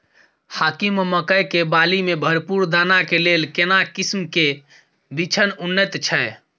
हाकीम मकई के बाली में भरपूर दाना के लेल केना किस्म के बिछन उन्नत छैय?